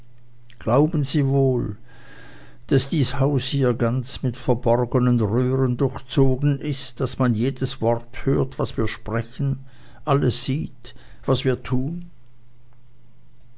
glauben sie wohl daß dies haus hier ganz mit verborgenen röhren durchzogen ist daß man jedes wort hört was wir sprechen und alles sieht was wir tun